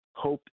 hope